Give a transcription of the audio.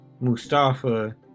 Mustafa